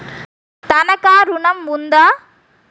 తనఖా ఋణం ఉందా?